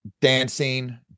dancing